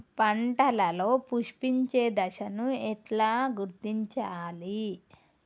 పంటలలో పుష్పించే దశను ఎట్లా గుర్తించాలి?